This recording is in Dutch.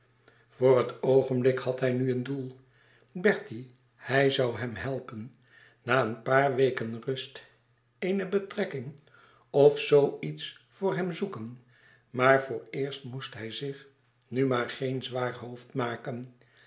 voor het oogenblik had hij nu een doel bertie hij zoû hem helpen na een paar weken rust eene betrekking of zoo iets voor hem zoeken maar vooreerst moest hij zich nu maar geen zwaar hoofd maken